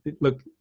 Look